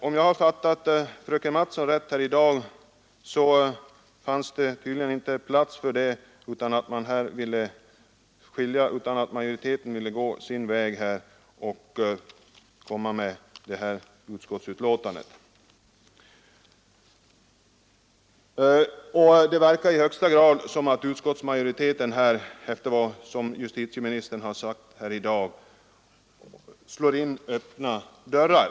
Om jag fattade fröken Mattson rätt här i dag, fanns det emellertid inte någon plats för en sådan, utan majoriteten ville gå sin väg och lägga fram det föreliggande utskottsbetänkandet. Det verkar i högsta grad som om utskottsmajoriteten efter vad justitieministern sagt här i dag slår in öppna dörrar.